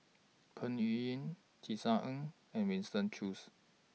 Peng Yuyun Tisa Ng and Winston Choos